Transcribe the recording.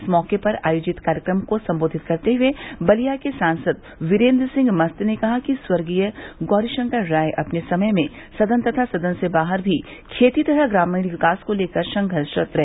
इस मौके पर आयोजित कार्यक्रम को सम्बोधित करते हुए बलिया के सांसद वीरेन्द्र सिंह मस्त ने कहा कि स्वर्गीय गौरी शंकर राय अपने समय में सदन तथा सदन से बाहर भी खेती तथा ग्रामीण विकास को लेकर संघर्षरत रहे